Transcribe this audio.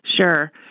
Sure